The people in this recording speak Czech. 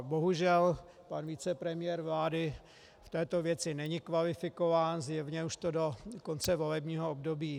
Bohužel pan vicepremiér vlády v této věci není kvalifikován, zjevně už to do konce volebního období nedohoní.